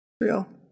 Real